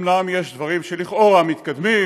אומנם יש דברים שלכאורה מתקדמים,